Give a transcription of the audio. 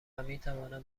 میتوانم